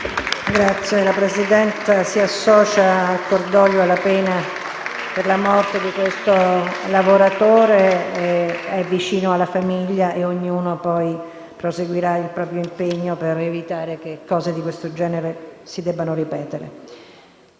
La Presidenza si associa al cordoglio e alla pena per la morte di questo lavoratore ed è vicino alla famiglia. Ognuno proseguirà poi il proprio impegno per evitare che fatti di questo genere si debbano ripetere.